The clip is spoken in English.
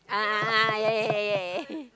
ah a'ah yeah yeah yeah yeah